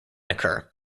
occur